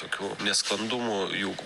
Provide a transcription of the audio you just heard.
tokių nesklandumų juk